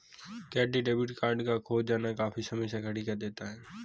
credit debit card का खो जाना काफी समस्या खड़ी कर देता है